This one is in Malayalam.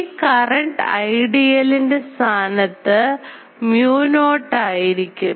ഈ കറൻറ് Idl ൻറെ സ്ഥാനത്ത് mu not ആയിരിക്കും